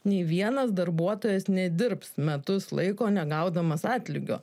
nei vienas darbuotojas nedirbs metus laiko negaudamas atlygio